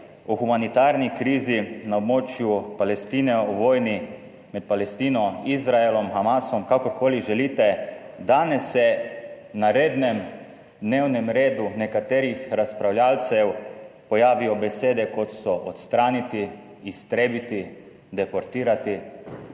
o humanitarni krizi na območju Palestine, v vojni med Palestino, Izraelom, Hamasom, kakorkoli želite, danes se na rednem dnevnem redu nekaterih razpravljavcev pojavijo besede kot so odstraniti, iztrebiti, deportirati.